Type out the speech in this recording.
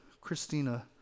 Christina